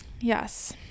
Yes